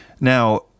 Now